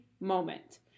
moment